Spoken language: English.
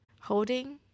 holding